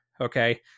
okay